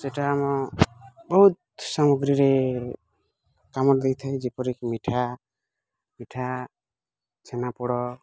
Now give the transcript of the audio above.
ସେଟା ଆମ ବହୁତ ସାମଗ୍ରୀରେ କାମ ଦେଇଥାଏ ଯେପରିକି ମିଠା ପିଠା ଛେନା ପୋଡ଼